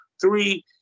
Three